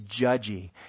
judgy